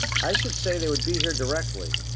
i should say they would be here directly.